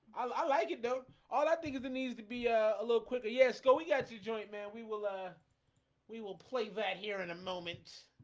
i like it. don't all i think it needs to be ah a little quicker yes, go we got your joint man. we will ah we will play that here in a moment.